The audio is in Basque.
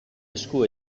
esku